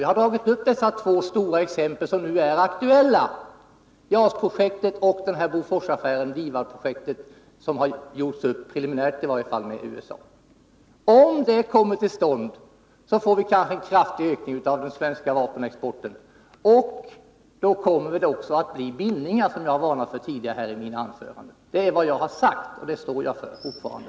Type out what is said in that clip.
Vi har tagit upp två exempel som nu är aktuella, JAS-projektet och Boforsaffären DIVAD projektet, som i alla fall preliminärt genomförts med USA. Om det kommer till stånd, får vi kanske en kraftig ökning av den svenska vapenexporten, och då kommer det också att bli bindningar, som jag varnat för tidigare i mina anföranden. Det är vad jag har sagt, och det står jag för fortfarande.